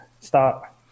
start